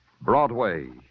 Broadway